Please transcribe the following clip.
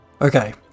Okay